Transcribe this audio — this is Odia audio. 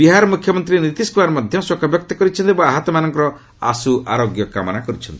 ବିହାର ମୁଖ୍ୟମନ୍ତ୍ରୀ ନୀତିଶ କୁମାର ମଧ୍ୟ ଶୋକବ୍ୟକ୍ତ କରିଛନ୍ତି ଏବଂ ଆହତମାନଙ୍କର ଆଶୁ ଆରୋଗ୍ୟ କାମନା କରିଛନ୍ତି